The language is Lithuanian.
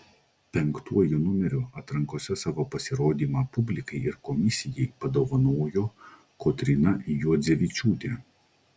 penktuoju numeriu atrankose savo pasirodymą publikai ir komisijai padovanojo kotryna juodzevičiūtė